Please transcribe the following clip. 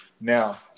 Now